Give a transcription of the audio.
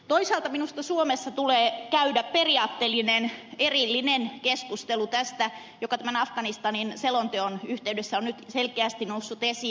toisaalta minusta suomessa tulee käydä periaatteellinen erillinen keskustelu siitä mikä tämän afganistan selonteon yhteydessä on nyt selkeästi noussut esiin